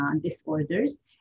disorders